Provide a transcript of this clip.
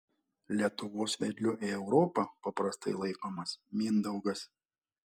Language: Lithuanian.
lietuvos vedliu į europą paprastai laikomas mindaugas